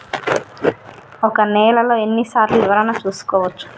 ఒక నెలలో ఎన్ని సార్లు వివరణ చూసుకోవచ్చు?